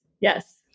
yes